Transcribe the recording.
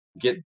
get